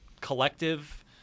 collective